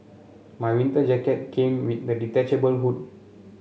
my winter jacket came with a detachable hood